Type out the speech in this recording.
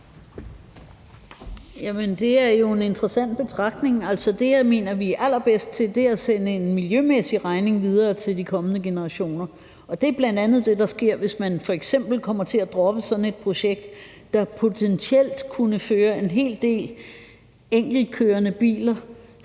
Det er jo en interessant betragtning. Det, jeg mener, vi er allerbedst til, er jo at sende en miljømæssig regning videre til de kommende generationer, og det er bl.a. det, der sker, hvis man f.eks. kommer til at droppe sådan et projekt, der potentielt kunne føre en hel del enkeltkørende bilister